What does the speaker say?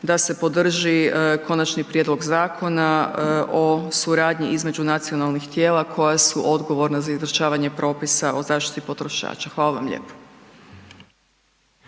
da se podrži Konačni prijedlog Zakona o suradnji između nacionalnih tijela koja su odgovorna za izvršavanje propisa o zaštiti potrošača. Hvala vam lijepo.